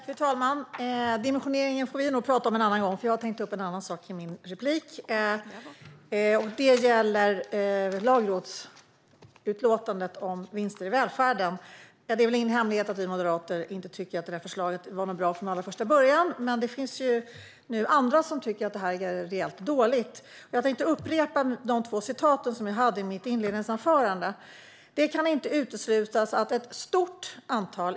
Fru talman! Dimensioneringen får vi tala om en annan gång, för jag ska ta upp en annan sak i min replik, nämligen lagrådsutlåtandet om vinster i välfärden. Det är ingen hemlighet att vi moderater inte tyckte att det var något bra förslag från början, men nu tycker även andra att det är rejält dåligt. Jag ska upprepa de två citat jag hade i mitt inledningsanförande: "Det kan inte uteslutas att ett stort antal .